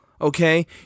Okay